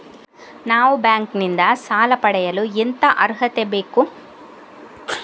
ನಾವು ಬ್ಯಾಂಕ್ ನಿಂದ ಸಾಲ ಪಡೆಯಲು ಎಂತ ಅರ್ಹತೆ ಬೇಕು?